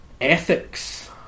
Ethics